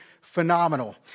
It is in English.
phenomenal